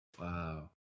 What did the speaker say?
Wow